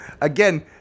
Again